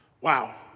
Wow